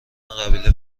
قبیله